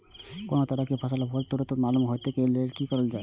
कोनो तरह के फसल के भाव तुरंत केना मालूम होते, वे के लेल की करल जाय?